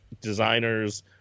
designers